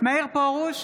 מאיר פרוש,